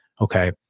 Okay